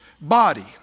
body